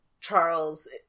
Charles